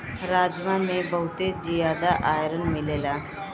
राजमा में बहुते जियादा आयरन मिलेला